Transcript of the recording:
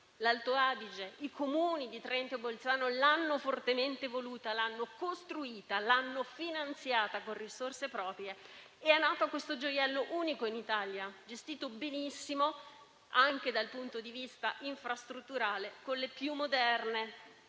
l'Alto Adige, i Comuni di Trento e Bolzano l'hanno fortemente voluta, l'hanno costruita, l'hanno finanziata con risorse proprie. È nato così questo gioiello unico in Italia, gestito benissimo anche dal punto di vista infrastrutturale, con le più moderne